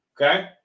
okay